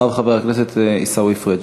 ואחריו חבר, הכנסת עיסאווי פריג'.